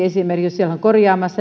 siellä on korjaamassa